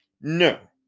No